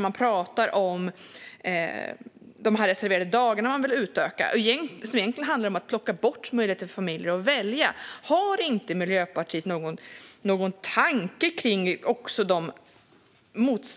Man pratar om de reserverade dagarna, som man vill utöka. Egentligen handlar det om att plocka bort möjligheten för familjer att välja. Har inte Miljöpartiet någon tanke kring de